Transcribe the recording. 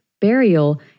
burial